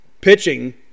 pitching –